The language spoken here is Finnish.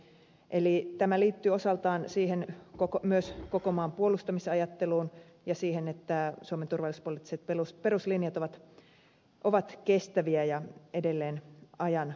eli tämä liittyy osaltaan myös siihen koko maan puolustamista koskevaan ajatteluun ja siihen että suomen turvallisuuspoliittiset peruslinjat ovat kestäviä ja edelleen ajanmukaisia